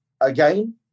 again